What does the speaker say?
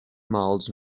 miles